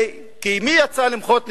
כי מי יצא למחות נגדם?